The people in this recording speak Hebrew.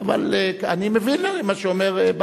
אבל משאות העבר הם קשים לשני,